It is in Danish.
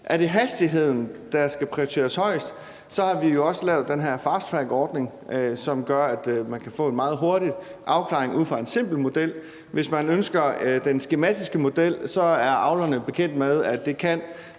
Er det hastigheden, der skal prioriteres højest, har vi jo også lavet den her fasttrackordning, som gør, at man kan få en meget hurtig afklaring ud fra en simpel model. Hvis man ønsker den skematiske model, er avlerne bekendt med, at det